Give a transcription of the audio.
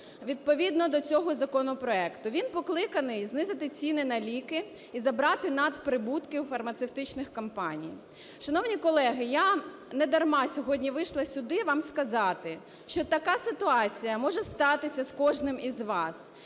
відповідно до цього законопроекту. Він покликаний знизити ціни на ліки і забрати надприбутки у фармацевтичних компаній. Шановні колеги, я не дарма сьогодні вийшла сюди вам сказати, що така ситуація може статися з кожним із вас.